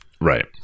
Right